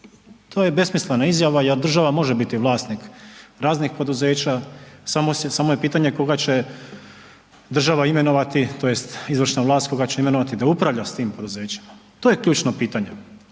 to je besmislena izjava jer država može biti vlasnik raznih poduzeća samo je pitanje koga će država imenovati tj. izvršna vlast koga će imenovati da upravlja s tim poduzećima. To je ključno pitanje.